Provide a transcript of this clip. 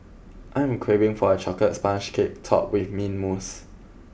I am craving for a chocolate sponge cake topped with mint mousse